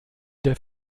der